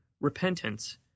repentance